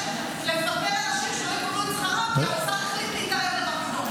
ב-1971 זה חוק שהוא לא חוק הרבנים ולא דומה לו.